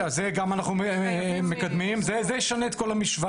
השינוי במבנה הארגוני שהשר אישר למג"ב נותן